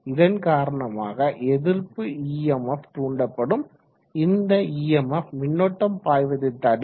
இதன்காரணமாக எதிர்ப்பு இஎம்எஃப் தூண்டப்படும் இந்த இஎம்எஃப் மின்னோட்டம் பாய்வதை தடுக்கும்